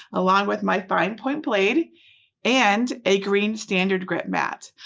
along with my fine point blade and a green standard grip mat.